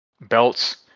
belts